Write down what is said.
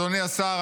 אדוני השר,